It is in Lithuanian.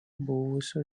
buvusio